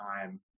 time